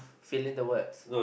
fill in the words